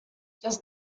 does